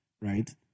right